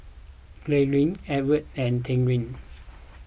Glynda Edwin and Terrill